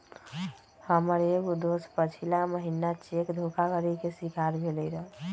हमर एगो दोस पछिला महिन्ना चेक धोखाधड़ी के शिकार भेलइ र